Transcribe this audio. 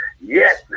Yes